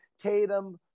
Tatum